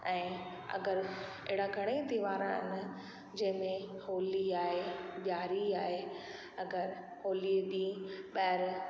ऐं अगरि अहिड़ा घणेई त्योहार आहिनि जंहिं में होली आहे ॾियारी आहे अगरि होलीअ ॾींहुं ॿाहिरि